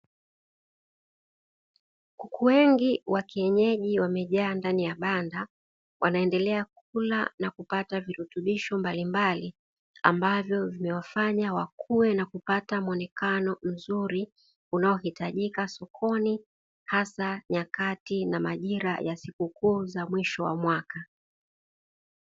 Kuku wengi wa kienyeji wamejaa ndani ya banda, wanaendelea kula na kupata virutubisho mbalimbali ambavyo vinawafanya wakue na kupata muonekano mzuri unaohitajika sokoni, hasa nyakati na majira ya sikukuu za mwisho wa mwaka.